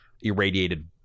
irradiated